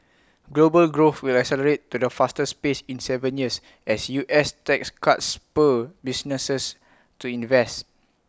global growth will accelerate to the fastest pace in Seven years as U S tax cuts spur businesses to invest